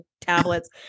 tablets